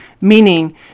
meaning